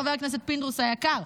חבר הכנסת פינדרוס היקר?